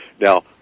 Now